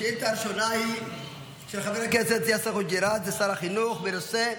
השאילתה הראשונה היא של חבר הכנסת יאסר חוג'יראת לשר החינוך בנושא: